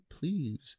please